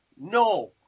No